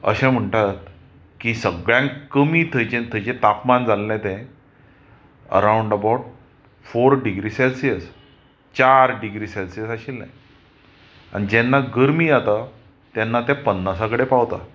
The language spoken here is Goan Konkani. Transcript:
अशें म्हणटात की सगळ्यांत कमी थंयच्यान थंयचें तापमान जाल्लें तें अरावंड अबावट फोर डिग्री सॅलसियस चार डिग्री सॅलसियस आशिल्लें आनी जेन्ना गरमी जाता तेन्ना तें पन्नासा कडेन पावता